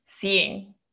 seeing